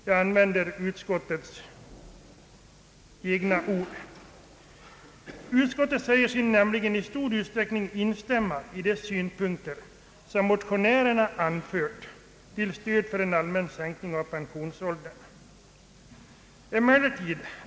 Jag använder utskottets egna ord. Utskottet säger sig i stor utsträckning instämma i de synpunkter som motionärerna anfört till stöd för en allmän sänkning av pensionsåldern.